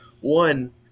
One